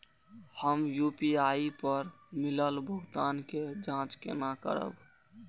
हम यू.पी.आई पर मिलल भुगतान के जाँच केना करब?